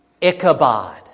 Ichabod